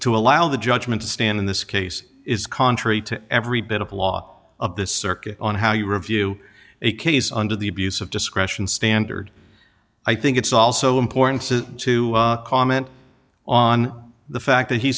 to allow the judgment to stand in this case is contrary to every bit of the law of this circuit on how you review a case under the abuse of discretion standard i think it's also important to comment on the fact that he